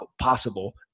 possible